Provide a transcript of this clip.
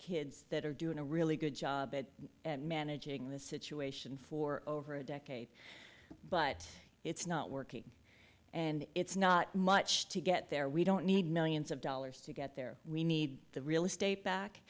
kids that are doing a really good job at managing the situation for over a decade but it's not working and it's not much to get there we don't need millions of dollars to get there we need the real estate back